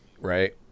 right